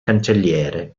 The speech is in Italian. cancelliere